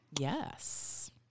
Yes